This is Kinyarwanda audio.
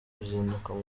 uruzinduko